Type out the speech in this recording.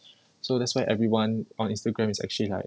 so that's why everyone on instagram is actually like